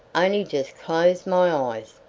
i only just closed my eyes.